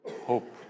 hope